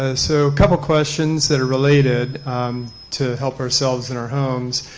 a so couple questions that are related to help ourselves in our homes.